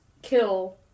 kill